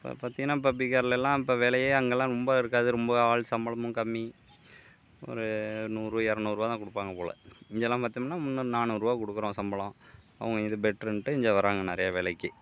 இப்போ பார்த்திங்ன்னா இப்போ பீகார்லெலாம் இப்போ வேலையே அங்கெலாம் ரொம்ப இருக்காது ரொம்ப ஆள் சம்பளமும் கம்மி ஒரு நூறு இரநூறு ரூபாதா கொடுப்பாங்க போல் இங்கெலாம் பார்த்தோம்னா முந்நூறு நாநூறு ரூபா கொடுக்குறோம் சம்பளம் அவங்க இதில் பெட்டருன்ட்டு இங்கே வராங்க நிறையா வேலைக்கு